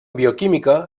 bioquímica